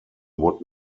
would